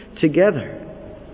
together